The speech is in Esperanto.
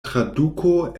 traduko